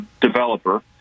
developer